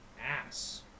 ass